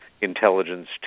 intelligence